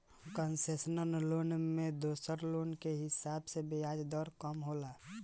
concessional loan में दोसर loan के हिसाब से ब्याज दर कम होला